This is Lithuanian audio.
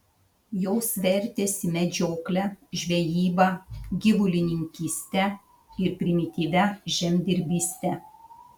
jos vertėsi medžiokle žvejyba gyvulininkyste ir primityvia žemdirbyste